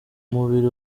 mubiri